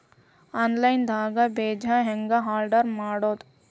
Online ದಾಗ ಬೇಜಾ ಹೆಂಗ್ ಆರ್ಡರ್ ಮಾಡೋದು?